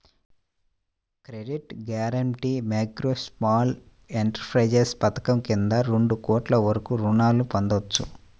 credit guarantee micro, small enterprises పథకం కింద రెండు కోట్ల వరకు రుణాలను పొందొచ్చు